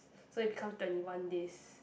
so it becomes twenty one days